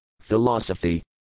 Philosophy